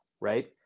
right